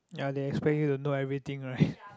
ya they expect you to know everything right